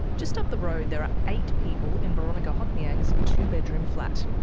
just up the road, there are eight people in boronika hothnyang's two-bedroom flat.